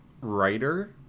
writer